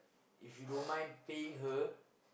if you don't mind paying her